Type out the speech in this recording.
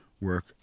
work